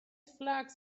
flags